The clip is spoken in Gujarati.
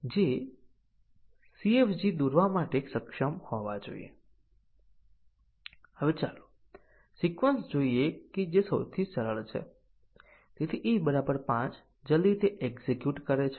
તેથી બેઝીક કન્ડીશનોના સત્ય મૂલ્યોના તમામ સંભવિત સંયોજનોના ટેસ્ટીંગ માટે આપણને આઠ ટેસ્ટીંગ ની જરૂર છે a b c બધા સાચું સુયોજિત સાચું સાચું ખોટું છે